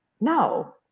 no